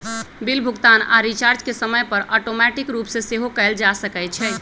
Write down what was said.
bill भुगतान आऽ recharge के समय पर ऑटोमेटिक रूप से सेहो कएल जा सकै छइ